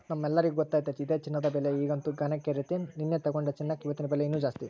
ನಮ್ಮೆಲ್ಲರಿಗೂ ಗೊತ್ತತೆ ಇದೆ ಚಿನ್ನದ ಬೆಲೆ ಈಗಂತೂ ಗಗನಕ್ಕೇರೆತೆ, ನೆನ್ನೆ ತೆಗೆದುಕೊಂಡ ಚಿನ್ನಕ ಇವತ್ತಿನ ಬೆಲೆ ಇನ್ನು ಜಾಸ್ತಿ